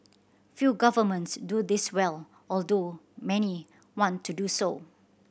few governments do this well although many want to do so